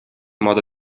modo